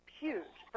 huge